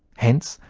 hence,